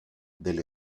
del